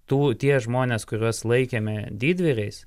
tų tie žmonės kuriuos laikėme didvyriais